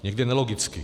Někde nelogicky.